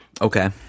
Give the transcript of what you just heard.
Okay